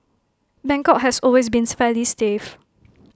Bangkok has always been fairly safe